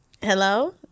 Hello